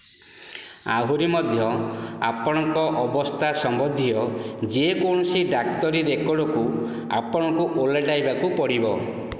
ଆହୁରି ମଧ୍ୟ ଆପଣଙ୍କ ଅବସ୍ଥା ସମ୍ବନ୍ଧୀୟ ଯେକୌଣସି ଡାକ୍ତରୀ ରେକର୍ଡ଼କୁ ଆପଣଙ୍କୁ ଓଲଟାଇବାକୁ ପଡ଼ିବ